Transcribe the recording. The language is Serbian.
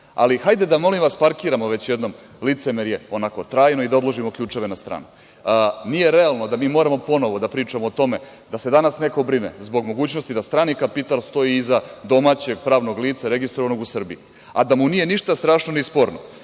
Ali, hajde da, molim vas, parkiramo već jednom licemerje onako trajno i da odložimo ključeve na stranu. Nije realno da mi moramo ponovo da pričamo o tome da se danas neko brine zbog mogućnosti da strani kapital stoji iza domaćeg pravnog lica registrovanog u Srbiji, a da mu nije ništa strašno ni sporno